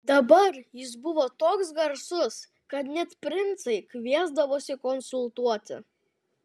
dabar jis buvo toks garsus kad net princai kviesdavosi konsultuoti